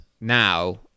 now